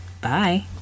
Bye